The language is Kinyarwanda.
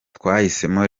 twahisemo